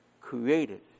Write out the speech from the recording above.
created